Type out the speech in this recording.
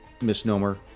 misnomer